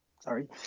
sorry